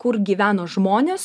kur gyveno žmonės